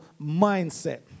mindset